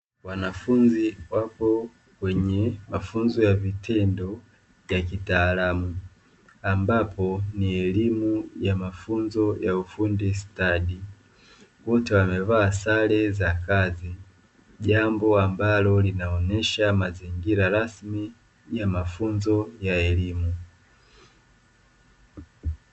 Wanafunzi wapo kwenye mafunzo ya vitendo vya kitaalamu. Ambapo ni elimu ya mafunzo ya ufundi stadi. Wote wamevaa sare za kazi. Jambo ambalo linaonyesha mazingira rasmi ya mafunzo ya elimu.